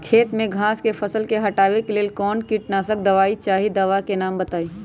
खेत में घास के फसल से हटावे के लेल कौन किटनाशक दवाई चाहि दवा का नाम बताआई?